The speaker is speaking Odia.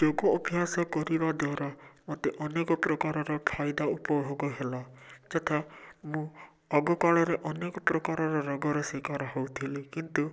ଯୋଗ ଅଭ୍ୟାସ କରିବା ଦ୍ୱାରା ମୋତେ ଅନେକ ପ୍ରକାରର ଫାଇଦା ଉପଭୋଗ ହେଲା ଯଥା ମୁଁ ଆଗକାଳରେ ଅନେକ ପ୍ରକାରର ରୋଗରେ ଶିକାର ହେଉଥିଲି କିନ୍ତୁ